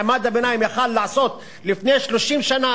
מה שמעמד הביניים יכול היה לעשות לפני 30 שנה,